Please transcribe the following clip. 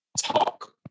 talk